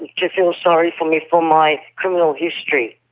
and to feel sorry for me for my criminal history.